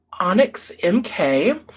OnyxMK